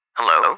hello